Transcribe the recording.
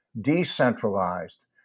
decentralized